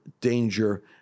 danger